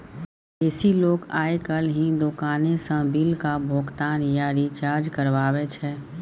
बेसी लोक आइ काल्हि दोकाने सँ बिलक भोगतान या रिचार्ज करबाबै छै